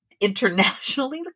internationally